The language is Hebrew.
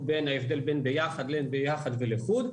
ומה ההבדל בין ביחד לבין ביחד ולחוד,